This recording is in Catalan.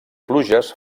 pluges